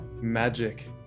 magic